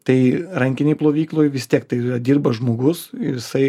tai rankinėj plovykloj vis tiek tai dirba žmogus jisai apeina